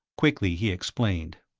quickly, he explained.